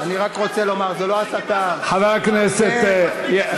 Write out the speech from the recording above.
אני רק רוצה לומר, מספיק הסתה ואלימות.